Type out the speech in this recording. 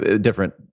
different